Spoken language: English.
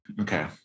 Okay